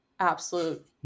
Absolute